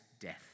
death